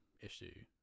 issue